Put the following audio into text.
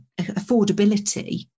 affordability